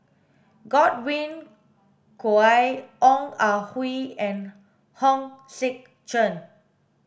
Godwin Koay Ong Ah Hoi and Hong Sek Chern